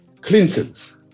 Clinton's